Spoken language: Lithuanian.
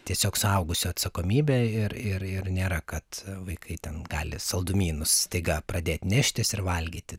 tiesiog suaugusio atsakomybė ir ir ir nėra kad vaikai ten gali saldumynus staiga pradėt neštis ir valgyti